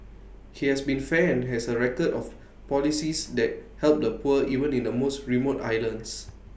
he has been fair and has A record of policies that help the poor even in the most remote islands